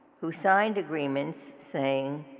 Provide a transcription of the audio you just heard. who signed agreements saying